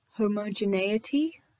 homogeneity